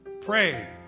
Pray